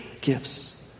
gifts